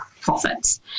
profits